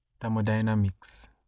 thermodynamics